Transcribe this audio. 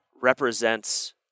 represents